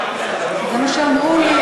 רישום פלילי, לשנות את זה,